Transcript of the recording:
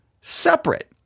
separate